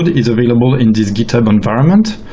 and is available in this github environment,